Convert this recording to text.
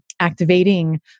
activating